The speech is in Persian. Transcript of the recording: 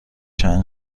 چند